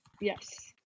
Yes